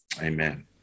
Amen